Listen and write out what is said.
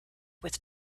with